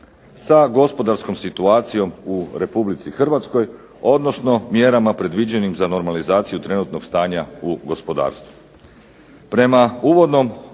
sa gospodarskom situacijom u Republici Hrvatskoj odnosno mjerama predviđenim za normalizaciju trenutnog stanja u gospodarstvu.